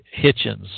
Hitchens